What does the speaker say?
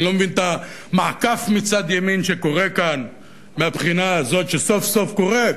אני לא מבין את המעקף מצד ימין שקורה כאן מהבחינה הזאת שסוף-סוף קורה,